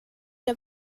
der